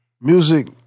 Music